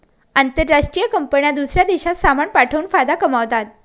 आंतरराष्ट्रीय कंपन्या दूसऱ्या देशात सामान पाठवून फायदा कमावतात